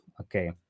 Okay